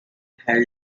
hell